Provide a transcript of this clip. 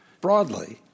broadly